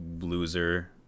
loser